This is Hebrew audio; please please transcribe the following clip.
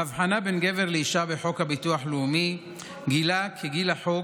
ההבחנה בין גבר לאישה בחוק הביטוח הלאומי גילה כגיל החוק,